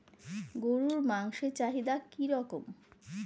গরুর মাংসের চাহিদা কি রকম?